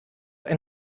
ein